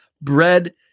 bread